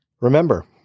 Remember